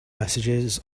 messages